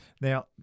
Now